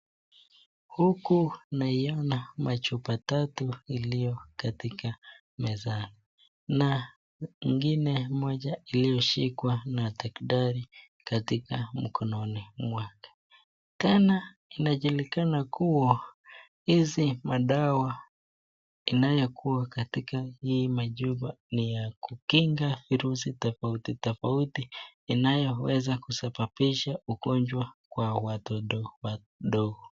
Huku naiona machupa tatu iliyo katika mezani na nyingine moja iliyoshikwa na daktari katika mkononi mwake. Tena inajulikana kuwa hizi madawa inayokuwa katika hii machupa ni ya kukinga virusi tofauti tofauti inayoweza kusababisha ugonjwa kwa watoto wadogo.